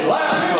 Last